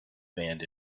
band